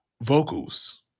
Vocals